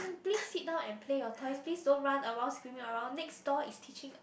please sit down and play your toys please don't run around screaming around next door is teaching